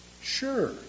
Sure